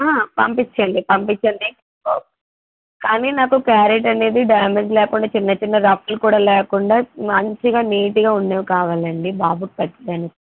పంపించండి పంపించండి కానీ నాకు క్యారెట్ అనేది డ్యామేజ్ లేకుండా చిన్న చిన్న రఫ్లు కూడా లేకుండా మంచిగా నీట్గా ఉండేవి కావాలండి బాబుకి పెట్టడానికి